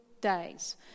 days